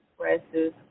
expresses